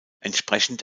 entsprechend